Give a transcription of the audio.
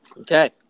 okay